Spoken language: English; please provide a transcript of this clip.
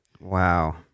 Wow